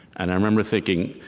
and i remember thinking,